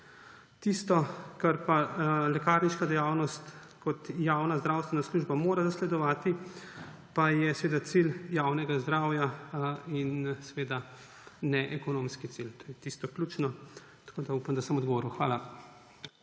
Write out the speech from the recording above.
Tisto, kar pa lekarniška dejavnost kot javna zdravstvena služba mora zasledovati, pa je cilj javnega zdravja in neekonomski cilj. To je tisto ključno. Tako da upam, da sem odgovoril. Hvala.